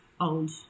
old